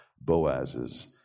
Boaz's